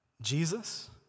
Jesus